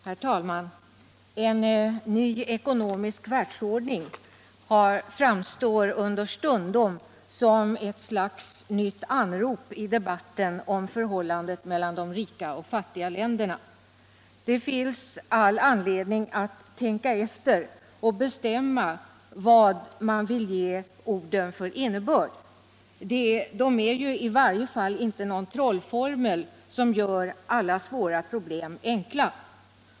Herr talman! En ny ekonomisk världsordning framstår understundom som ett slags nytt anrop i debatten om förhållandet mellan de rika och de fattiga länderna. Det finns all anledning att tänka efter och bestämma vad man vill ge orden för innebörd. De är i varje fall inte någon trollformel som gör alla svåra problem enkla.